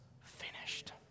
finished